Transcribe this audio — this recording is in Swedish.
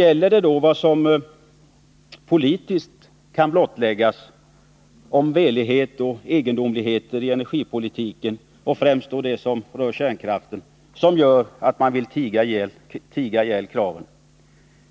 Är det vad som politiskt kan blottläggas om velighet och egendomligheter i energipolitiken, och främst då det som rör kärnkraften, som gör att man vill tiga ihjäl kraven?